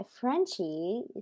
Frenchie